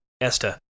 Esther